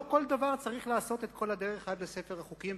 לא כל דבר צריך לעשות את כל הדרך עד לספר החוקים,